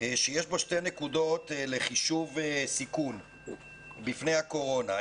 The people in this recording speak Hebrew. שיש בו שתי נקודות לחישוב סיכון בפני הקורונה.